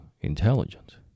intelligent